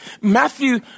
Matthew